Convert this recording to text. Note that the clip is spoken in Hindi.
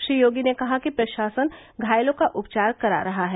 श्री योगी ने कहा कि प्रशासन घायलों का उपचार करा रहा है